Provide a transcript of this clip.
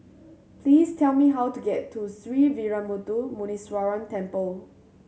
please tell me how to get to Sree Veeramuthu Muneeswaran Temple